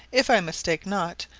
if i mistake not,